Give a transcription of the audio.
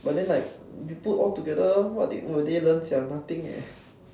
but then like you put all together what do they learn sia nothing leh